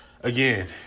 again